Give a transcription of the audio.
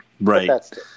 Right